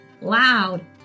loud